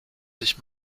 sich